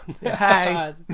Hey